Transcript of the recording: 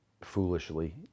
foolishly